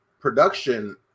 production